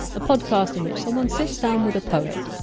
a podcast in which someone sits down with a poet,